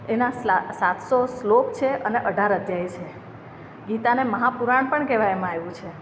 એના સાતસો શ્લોક છે અને અઢાર અધ્યાય છે ગીતાને મહા પુરાણ પણ કહેવામાં આવ્યું છે